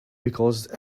because